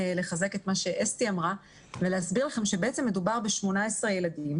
רוצה לחזק את מה שאסתי אמרה ולהסביר לכם שבעצם מדובר ב-18 ילדים